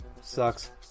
Sucks